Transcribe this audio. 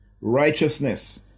righteousness